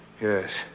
Yes